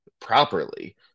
properly